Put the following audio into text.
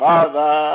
Father